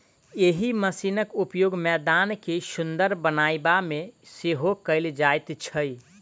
एहि मशीनक उपयोग मैदान के सुंदर बनयबा मे सेहो कयल जाइत छै